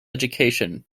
education